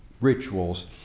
rituals